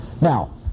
Now